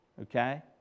okay